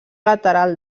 lateral